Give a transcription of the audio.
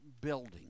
building